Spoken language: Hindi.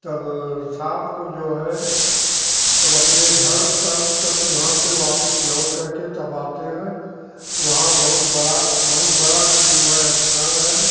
तब शाम को जो है तब अपने घर पर तब वहाँ से वापिस लौट करके तब आते हैं वहाँ बहुत बड़ा बहुत बड़ा जो है अस्थान है